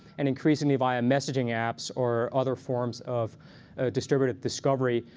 and increasingly, via messaging apps or other forms of distributed discovery,